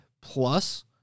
plus